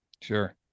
Sure